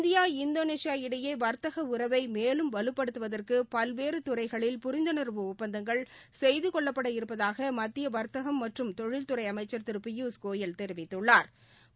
India Indonesia இடையேவாத்தகஉறவைமேலும் வலுப்படுத்துவதற்குபல்வேறுதுறைகளில் புரிந்துணா்வு ஒப்பந்தங்கள் செய்தகொள்ளப்பட இருப்பதாகமத்தியவா்த்தகம் மற்றும் தொழில்துறைஅமைச்சா் திருபியூஷ் கோயல் தெரிவித்துள்ளாா்